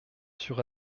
sur